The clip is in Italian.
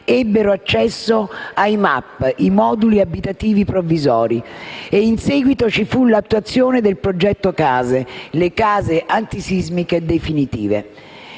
ebbero accesso ai moduli abitativi provvisori (MAP) e, in seguito, ci fu l'attuazione del progetto CASE, le case antisismiche definitive.